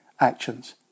actions